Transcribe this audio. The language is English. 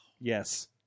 yes